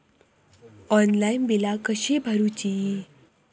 Online बिला कशी भरूची?